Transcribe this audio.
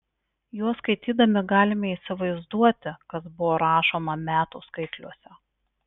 juos skaitydami galime įsivaizduoti kas buvo rašoma metų skaitliuose